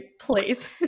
please